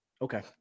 Okay